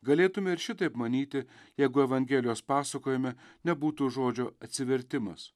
galėtume ir šitaip manyti jeigu evangelijos pasakojime nebūtų žodžio atsivertimas